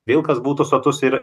vilkas būtų sotus ir